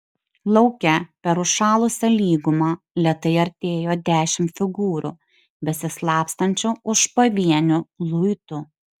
lauke per užšalusią lygumą lėtai artėjo dešimt figūrų besislapstančių už pavienių luitų